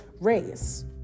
race